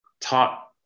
taught